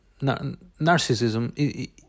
Narcissism